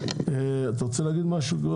את רוצה להגיד משהו?